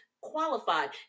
qualified